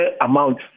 amount